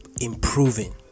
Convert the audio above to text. improving